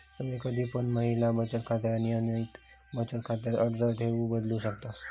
तुम्ही कधी पण महिला बचत खात्याक नियमित बचत खात्यात अर्ज देऊन बदलू शकतास